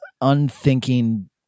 unthinking